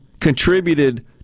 contributed